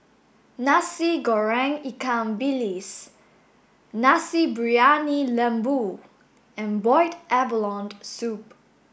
Nasi Goreng Ikan Bilis Nasi Briyani Lembu and boiled abalone soup